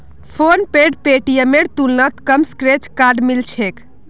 फोनपेत पेटीएमेर तुलनात कम स्क्रैच कार्ड मिल छेक